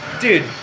Dude